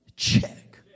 Check